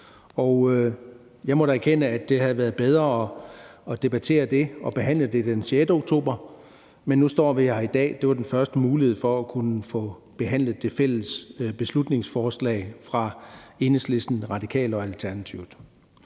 jeg må da erkende, det havde været bedre at debattere det og behandle det den 6. oktober, men nu står vi her i dag, og det var den første mulighed for at kunne behandle det fælles beslutningsforslag fra Enhedslisten, Radikale og Alternativet.